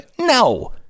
no